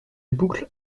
boucles